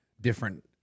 different